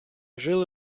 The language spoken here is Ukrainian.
жили